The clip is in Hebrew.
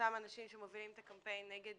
לאותם אנשים שמובילים את הקמפיין נגד